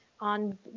on